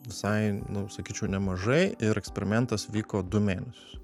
visai nu sakyčiau nemažai ir eksperimentas vyko du mėnesius